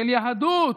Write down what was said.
של יהדות,